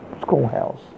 schoolhouse